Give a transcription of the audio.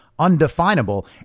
undefinable